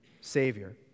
Savior